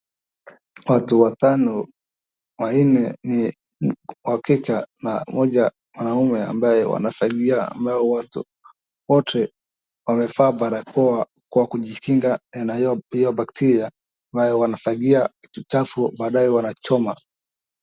Watu watano, wanne ni wakike, mmoja mwanaume. Ambaye wanafagia ambayo watu wote wamevaa barakoa kwa kujikinga na hiyo bacteria .Amabyo wanafagia uchafu baadae wanachoma.